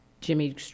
Jimmy